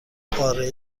قاره